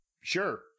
Sure